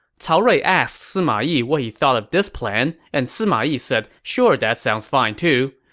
cao rui asked sima yi what he thought of this plan, and sima yi said sure that sounds fine too.